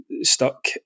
stuck